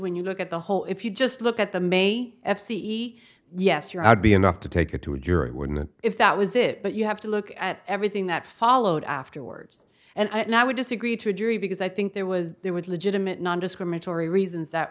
when you look at the whole if you just look at the may f c e yes you're i'd be enough to take it to a jury wouldn't it if that was it but you have to look at everything that followed afterwards and i would disagree to a jury because i think there was there was legitimate nondiscriminatory reasons that